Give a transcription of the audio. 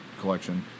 collection